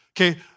Okay